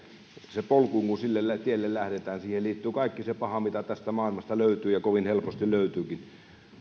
siihen polkuun kun sille tielle lähdetään liittyy kaikki se paha mitä tästä maailmasta löytyy ja kovin helposti löytyykin